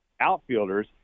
outfielders